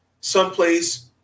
someplace